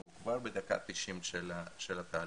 אנחנו כבר בדקה ה-90 של התהליך.